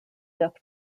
death